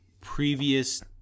previous